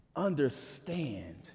understand